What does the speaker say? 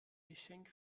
geschenk